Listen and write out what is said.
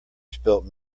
spilt